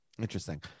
Interesting